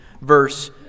verse